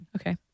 Okay